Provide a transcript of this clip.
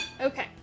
Okay